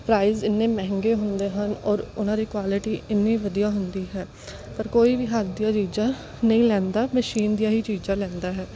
price ਇੰਨੇ ਮਹਿੰਗੇ ਹੁੰਦੇ ਹਨ ਔਰ ਉਹਨਾਂ ਦੀ ਕੁਆਲਟੀ ਇੰਨੀ ਵਧੀਆ ਹੁੰਦੀ ਹੈ ਪਰ ਕੋਈ ਵੀ ਹੱਥ ਦੀਆਂ ਚੀਜ਼ਾਂ ਨਹੀਂ ਲੈਂਦਾ ਮਸ਼ੀਨ ਦੀਆਂ ਹੀ ਚੀਜ਼ਾਂ ਲੈਂਦਾ ਹੈ